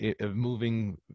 moving